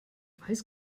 weiß